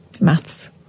maths